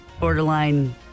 borderline